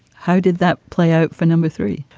how did that play out for number three?